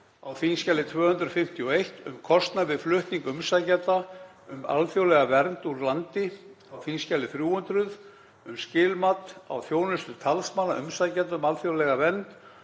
á þskj. 251, um kostnað við flutning umsækjenda um alþjóðlega vernd úr landi, á þskj. 300, um skilamat á þjónustu talsmanna umsækjenda um alþjóðlega vernd,